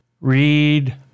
read